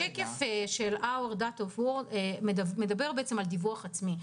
השקף של our world in data מדבר על דיווח עצמי,